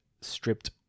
Stripped